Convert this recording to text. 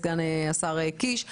סגן השר קיש.